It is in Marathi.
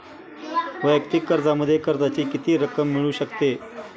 वैयक्तिक कर्जामध्ये कर्जाची किती रक्कम मिळू शकते?